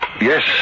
Yes